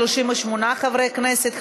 38 חברי כנסת,